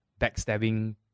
backstabbing